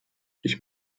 ich